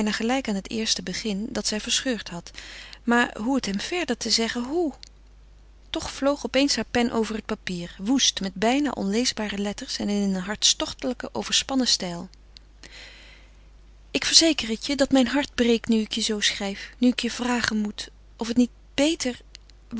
gelijk aan het eerste begin dat zij verscheurd had maar hoe het hem verder te zeggen hoe toch vloog op eens haar pen over het papier woest met bijna onleesbare letters en in een hartstochtelijke overspannen stijl ik verzeker het je dat mijn hart breekt nu ik je zoo schrijf nu ik je vragen moet of het niet beter